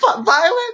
Violent